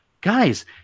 guys